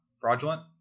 Fraudulent